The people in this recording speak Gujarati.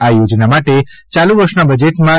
આ યોજના માટે ચાલુ વર્ષના બજેટમાં રૂ